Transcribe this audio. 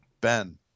Ben